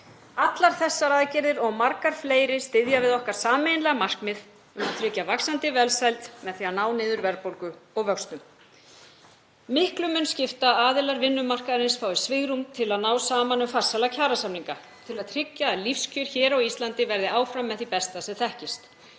Allar þessar aðgerðir og margar fleiri styðja við okkar sameiginlega markmið um að tryggja vaxandi velsæld með því að ná niður verðbólgu og vöxtum. Miklu mun skipta að aðilar vinnumarkaðarins fái svigrúm til að ná saman um farsæla kjarasamninga til að tryggja að lífskjör hér á Íslandi verði áfram með því besta sem þekkist.